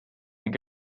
ning